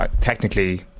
technically